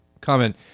Comment